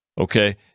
Okay